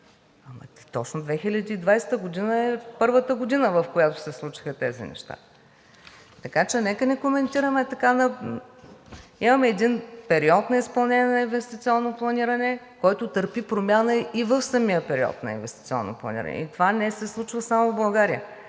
Точно 2020 г. е първата година, в която се случиха тези неща. Така че нека да не коментираме така. Имаме един период на изпълнение на инвестиционно планиране, който търпи промяна и в самия период на инвестиционно планиране. И това не се случва само в България,